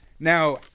Now